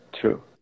True